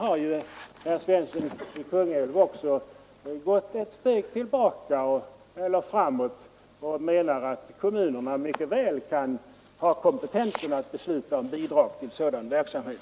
Herr Svensson i Kungälv har har tagit ytterligare ett steg och menar att kommunerna mycket väl kan ha kompetensen att besluta om bidrag till sådan verksamhet.